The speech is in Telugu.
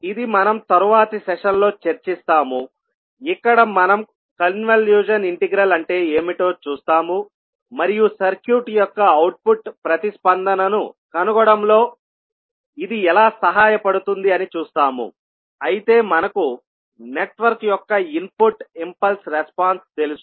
ఇది మనం తరువాతి సెషన్లో చర్చిస్తాము ఇక్కడ మనం కన్వల్యూషన్ ఇంటిగ్రల్ అంటే ఏమిటో చూస్తాము మరియు సర్క్యూట్ యొక్క అవుట్పుట్ ప్రతిస్పందనను కనుగొనడంలో ఇది ఎలా సహాయపడుతుంది అని చూస్తాముఅయితే మనకు నెట్వర్క్ యొక్క ఇన్పుట్ ఇంపల్స్ రెస్పాన్స్ తెలుసు